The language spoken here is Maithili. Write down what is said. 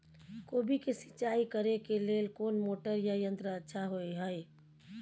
कोबी के सिंचाई करे के लेल कोन मोटर या यंत्र अच्छा होय है?